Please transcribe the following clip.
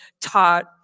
taught